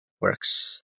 works